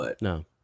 No